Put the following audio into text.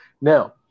Now